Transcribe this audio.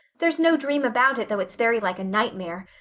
there's no dream about it, though it's very like a nightmare.